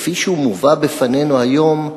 כפי שהוא מובא בפנינו היום,